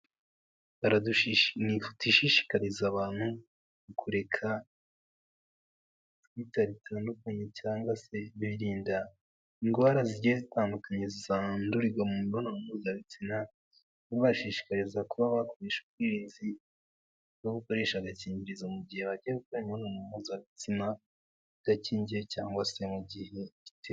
Barashishikariza abantu kureka ibintu bitandukanye cyangwa se birinda indwara zigiye zitandukanye zandurirwa mu mibonano mpuzabitsina, bashishikariza kuba bakoresha ubwirinzi no gukoresha agakingirizo mu gihe bagiye gukora imibonano mpuzabitsina idakingiye cyangwa se mu gihe biri ngombwa.